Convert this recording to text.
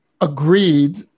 agreed